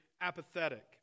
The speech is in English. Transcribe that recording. apathetic